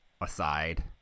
aside